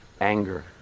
Anger